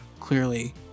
clearly